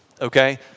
okay